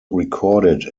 recorded